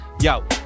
yo